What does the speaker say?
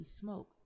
smoke